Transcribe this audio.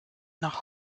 nach